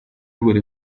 buri